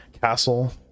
castle